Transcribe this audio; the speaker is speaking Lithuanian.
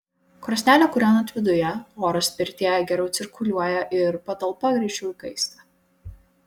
krosnelę kūrenant viduje oras pirtyje geriau cirkuliuoja ir patalpa greičiau įkaista